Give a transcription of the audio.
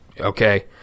okay